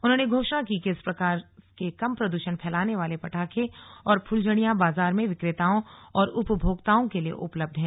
उन्होंने घोषणा की कि इस प्रकार के कम प्रदूषण फैलाने वाले पटाखे और फुलझड़ियां बाजार में विक्रेताओं और उपभोक्ताओं के लिए उपलब्ध हैं